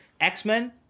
x-men